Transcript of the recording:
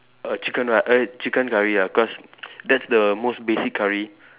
err chicken ri~ err chicken curry ah cause that's the most basic curry